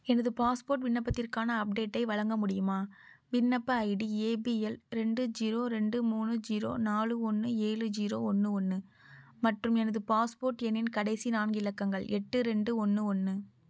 எனது பாஸ்போர்ட் விண்ணப்பத்திற்கான அப்டேட்டை வழங்க முடியுமா விண்ணப்ப ஐடி ஏபிஎல் ரெண்டு ஜீரோ ரெண்டு மூணு ஜீரோ நாலு ஒன்று ஏழு ஜீரோ ஒன்று ஒன்று மற்றும் எனது பாஸ்போர்ட் எண்ணின் கடைசி நான்கு இலக்கங்கள் எட்டு ரெண்டு ஒன்று ஒன்று